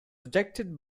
rejected